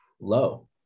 low